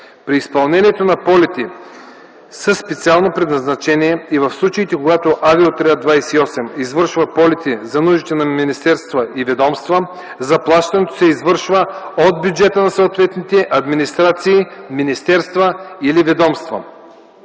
При изпълнението на полети със специално предназначение и в случаите, когато Авиоотряд 28 извършва полети за нуждите на министерства и ведомства, заплащането се извършва от бюджета на съответните администрации, министерства или ведомства.